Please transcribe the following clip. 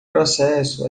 processo